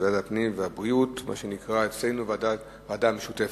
ועדת הפנים והגנת הסביבה וועדת העבודה,